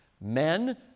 Men